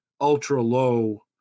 ultra-low